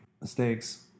mistakes